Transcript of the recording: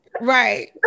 Right